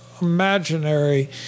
imaginary